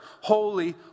holy